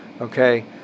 okay